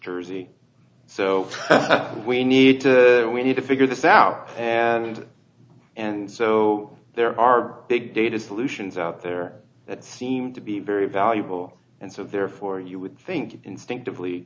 jersey so we need to we need to figure this out and and so there are big data solutions out there that seem to be very valuable and so therefore you would think instinctively